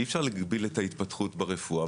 אי אפשר להגביל את ההתפתחות ברפואה.